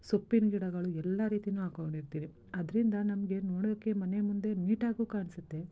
ಸೊಪ್ಪಿನ ಗಿಡಗಳು ಎಲ್ಲ ರೀತಿಯೂ ಹಾಕೊಂಡಿರ್ತೀವಿ ಅದರಿಂದ ನಮಗೆ ನೋಡೋಕೆ ಮನೆ ಮುಂದೆ ನೀಟಾಗೂ ಕಾಣಿಸುತ್ತೆ